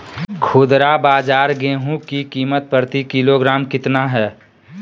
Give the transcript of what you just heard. खुदरा बाजार गेंहू की कीमत प्रति किलोग्राम कितना है?